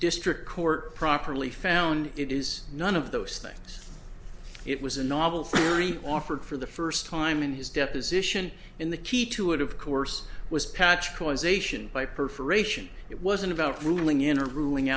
district court properly found it is none of those things it was a novel theory offered for the first time in his deposition in the key to it of course was patched causation by perforation it wasn't about ruling in a ruling